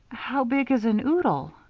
how big is an oodle?